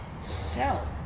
sell